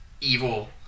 evil